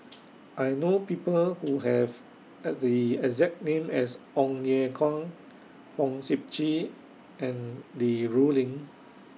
I know People Who Have At The exact name as Ong Ye Kung Fong Sip Chee and Li Rulin